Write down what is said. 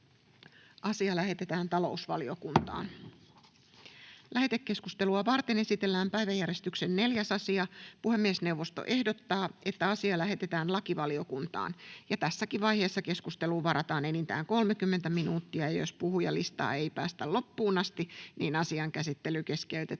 Time: N/A Content: Lähetekeskustelua varten esitellään päiväjärjestyksen 4. asia. Puhemiesneuvosto ehdottaa, että asia lähetetään lakivaliokuntaan. Tässäkin vaiheessa keskusteluun varataan enintään 30 minuuttia, ja jos puhujalistaa ei päästä loppuun asti, niin asian käsittely keskeytetään